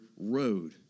road